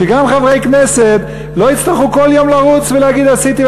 שגם חברי כנסת לא יצטרכו כל יום לרוץ ולהגיד עשיתי,